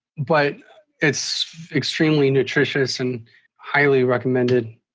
but it's extremely nutritious and highly recommended.